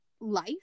life